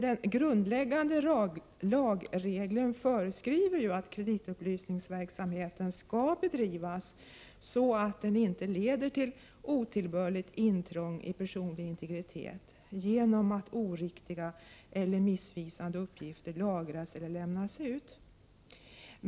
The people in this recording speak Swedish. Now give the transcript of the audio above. Den grundläggande lagregeln föreskriver nämligen att kreditupplysningsverksamheten skall bedrivas så, att den inte leder till otillbörligt intrång i personlig integritet genom att oriktiga eller missvisande uppgifter lagras eller lämnas ut.